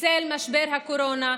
בצל משבר הקורונה,